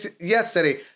yesterday